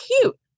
cute